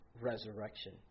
resurrection